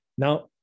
Now